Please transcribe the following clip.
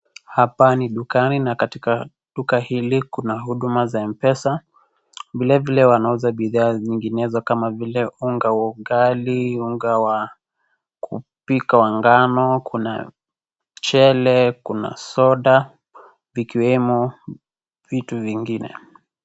Hapa ni dukani na katika duka hili kuna huduma za Mpesa vilevile wanauza bidhaa zinginezo kama vile, unga wa ugali, unga wa kupika wa ngano, kuna Mchele, kuna soda vikiwemo vitu vingine.